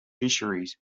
fisheries